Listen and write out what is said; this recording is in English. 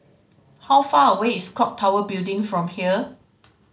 how far away is Clock Tower Building from here